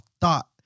thought